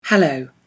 Hello